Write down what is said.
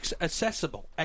accessible